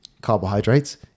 carbohydrates